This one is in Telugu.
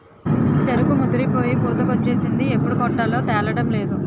సెరుకు ముదిరిపోయి పూతకొచ్చేసింది ఎప్పుడు కొట్టాలో తేలడంలేదు